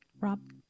Rob